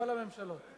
בכל הממשלות.